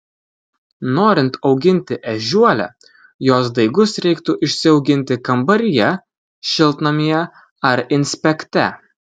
norint auginti ežiuolę jos daigus reiktų išsiauginti kambaryje šiltnamyje ar inspekte